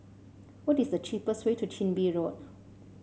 what is the cheapest way to Chin Bee Road